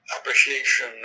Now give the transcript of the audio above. appreciation